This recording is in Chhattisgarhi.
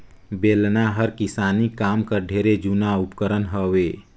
बेलना हर किसानी काम कर ढेरे जूना उपकरन हवे